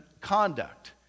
conduct